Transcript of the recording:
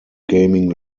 gaming